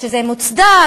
זה מוצדק,